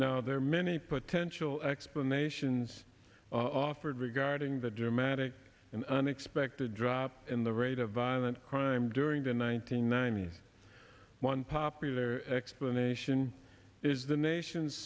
now there are many potential explanations offered regarding the dramatic and unexpected drop in the rate of violent crime during the one nine hundred ninety s one popular explanation is the nation's